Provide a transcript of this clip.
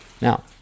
Now